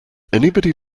anybody